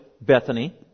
Bethany